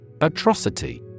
Atrocity